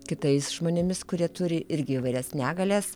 kitais žmonėmis kurie turi irgi įvairias negalias